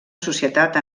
societat